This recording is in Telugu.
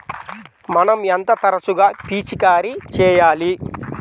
మనం ఎంత తరచుగా పిచికారీ చేయాలి?